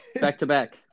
Back-to-back